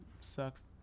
sucks